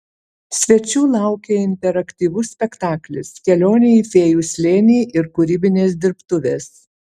svečių laukė interaktyvus spektaklis kelionė į fėjų slėnį ir kūrybinės dirbtuvės